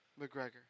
McGregor